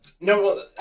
No